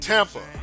Tampa